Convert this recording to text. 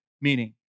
meaning